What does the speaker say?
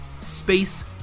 space